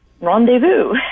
rendezvous